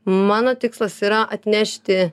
mano tikslas yra atnešti